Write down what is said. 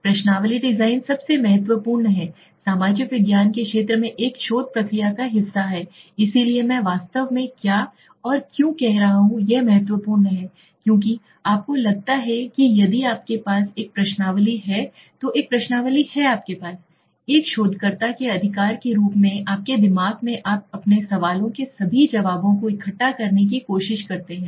प्रश्नावली डिजाइन सबसे महत्वपूर्ण है सामाजिक विज्ञान के क्षेत्र में एक शोध प्रक्रिया का हिस्सा है इसलिए मैं वास्तव में क्या और क्यों कह रहा हूं यह महत्वपूर्ण है क्योंकि आपको लगता है कि यदि आपके पास एक प्रश्नावली है तो एक प्रश्नावली है एक शोधकर्ता के अधिकार के रूप में आपके दिमाग में आप अपने सवालों के सभी जवाबों को इकट्ठा करने की कोशिश करते हैं